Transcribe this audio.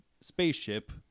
spaceship